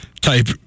type